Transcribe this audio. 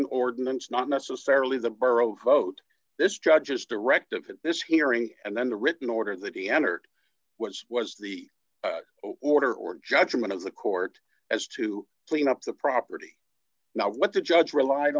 an ordinance not necessarily the borough vote this judge's directive in this hearing and then the written order that he entered what was the order or judgment of the court as to clean up the property now what the judge relied